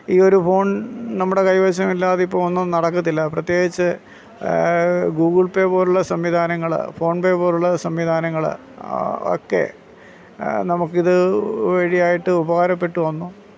ഈയൊരു ഫോൺ നമ്മുടെ കൈവശമില്ലാതെ ഇപ്പോൾ ഒന്നും നടക്കത്തില്ല പ്രത്യേകിച്ച് ഗൂഗിൾ പേ പോലുള്ള സംവിധാനങ്ങൾ ഫോൺ പേ പോലുള്ള സംവിധാനങ്ങൾ ഒക്കെ നമുക്ക് ഇത് വഴിയായിട്ട് ഉപകാരപ്പെട്ടു വന്നു